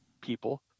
people